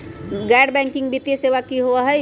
गैर बैकिंग वित्तीय सेवा की होअ हई?